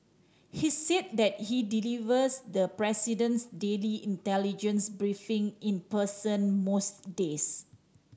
he's said that he delivers the president's daily intelligence briefing in person most days